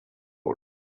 good